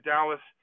Dallas